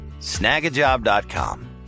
snagajob.com